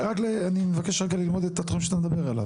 אני מבקש רגע ללמוד את התחום שאתה מדבר עליו.